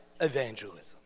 evangelism